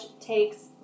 takes